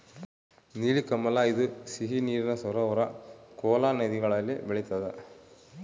ನೀಲಕಮಲ ಇದು ಸಿಹಿ ನೀರಿನ ಸರೋವರ ಕೋಲಾ ನದಿಗಳಲ್ಲಿ ಬೆಳಿತಾದ